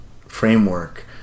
framework